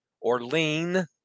Orlean